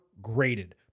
graded